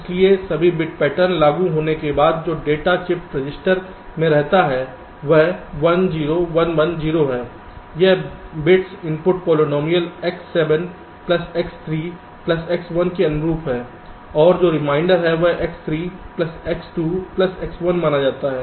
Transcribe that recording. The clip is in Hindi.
इसलिए सभी बिट पैटर्न लागू होने के बाद जो डेटा चिप रजिस्टर में रहता है वह 1 0 1 1 0 है यह bits input polynomial X 7 plus X 3 plus X 1 के अनुरूप है और जो रिमाइंडर है वह X 3 plus X 2 plus X 1 माना जाता है